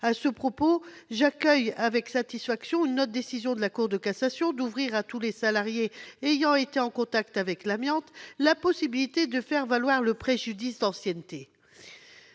À ce propos, j'accueille avec satisfaction une autre décision de la Cour de cassation, qui ouvre à tous les salariés ayant été en contact avec l'amiante la possibilité de faire valoir le préjudice d'anxiété.